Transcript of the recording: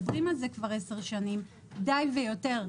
מדברים על זה כבר עשר שנים, די ויותר.